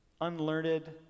Unlearned